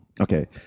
Okay